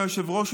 אדוני היושב-ראש,